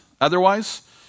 Otherwise